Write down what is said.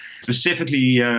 specifically